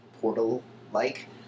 portal-like